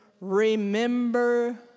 Remember